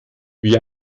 wie